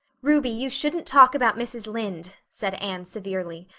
ruby, you shouldn't talk about mrs. lynde, said anne severely.